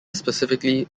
specifically